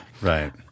right